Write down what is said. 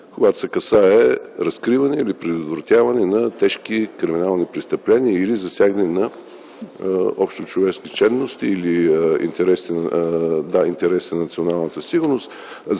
когато се касае за разкриване или предотвратяване на тежки криминални престъпления или засягане на общочовешки ценности, или интересите на националната сигурност.